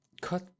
Cut